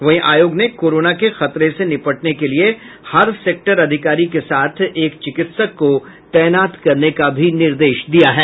वहीं आयोग ने कोरोना के खतरों से निपटने के लिये हर सेक्टर अधिकारी के साथ एक चिकित्सक को तैनात करने का भी निर्देश दिया है